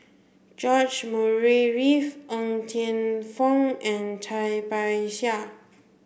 George Murray Reith Ng Teng Fong and Cai Bixia